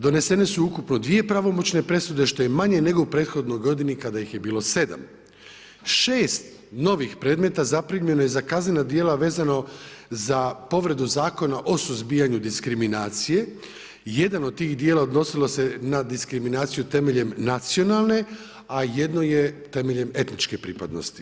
Donesene su ukupno dvije pravomoćne presude što je manje nego u prethodnoj godini kada ih je bilo 7. 6 novih predmeta zaprimljeno je za kaznena djela vezano za povredu Zakona o suzbijanju diskriminacije, jedan od tih djela odnosilo se na diskriminaciju temeljem nacionalne, a jedno je temeljem etničke pripadnosti.